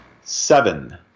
Seven